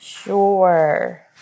Sure